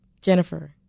Jennifer